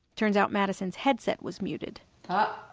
turns out madison's headset was muted oh,